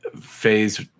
phase